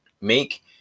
Make